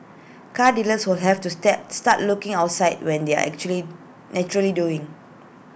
car dealers will have to stay start looking outside when they are actually naturally doing